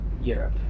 Europe